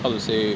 how to say